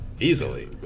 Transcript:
Easily